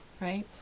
right